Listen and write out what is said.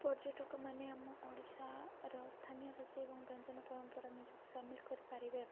ପର୍ଯ୍ୟଟକମାନେ ଆମ ଓଡ଼ିଶାର ସ୍ଥାନୀୟ ରୋଷେଇ ଏବଂ ବ୍ୟଞ୍ଜନ ପରମ୍ପରା ନିଜକୁ ସାମିଲ କରିପାରିବେ